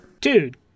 Dude